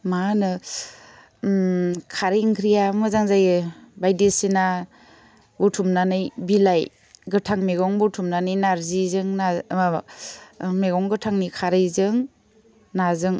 मा होनो खारै ओंख्रिया मोजां जायो बायदिसिना बुथुमनानै बिलाइ गोथां मेगं बुथुमनानै नारजिजों ना माबा मेगं गोथांनि खारैजों नाजों